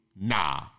nah